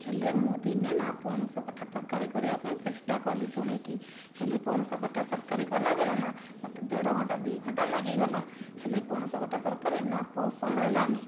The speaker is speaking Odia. ହେଲେ ମୁଁ ଦିନେ ନା ପଣସକଠା ତରକାରୀ କରିବା ପାଇଁ ଚେଷ୍ଟା କଲି ଶୁଣିକି ହେଲେ ପଣସକଠା ତରକାରୀ କଲାବେଳେ ନା ମୋତେ ଦେଢ଼ଘଣ୍ଟା ଦୁଇଘଣ୍ଟା ଲାଗିଗଲା ହେଲେ ପଣସକଠା ତରକାରୀ ନା ପସନ୍ଦ ହେଲାନି